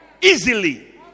Easily